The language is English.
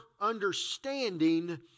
understanding